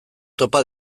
topa